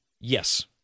Yes